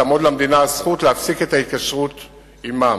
תעמוד למדינה הזכות להפסיק את ההתקשרות עמם.